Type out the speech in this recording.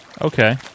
Okay